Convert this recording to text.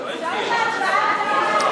כבר התחלתם בהצבעה.